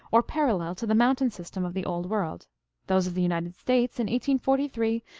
or parallel to the mountain system of the old world those of the united states and forty three,